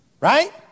Right